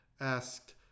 asked